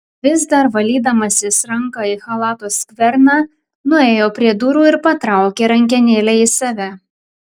vis dar valydamasis ranką į chalato skverną nuėjo prie durų ir patraukė rankenėlę į save